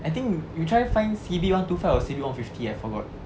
I think you try find C_B one two five or C_B one fifty I forgot